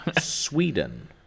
Sweden